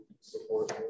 support